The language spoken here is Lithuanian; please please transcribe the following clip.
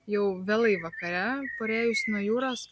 jau vėlai vakare parėjus nuo jūros